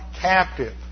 captive